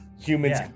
humans